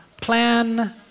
Plan